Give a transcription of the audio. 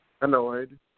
annoyed